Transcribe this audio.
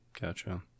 Gotcha